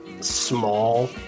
small